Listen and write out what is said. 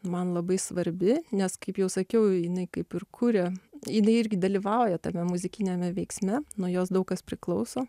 man labai svarbi nes kaip jau sakiau jinai kaip ir kuria jinai irgi dalyvauja tame muzikiniame veiksme nuo jos daug kas priklauso